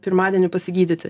pirmadienį pasigydyti